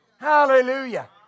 Hallelujah